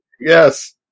Yes